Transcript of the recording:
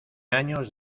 años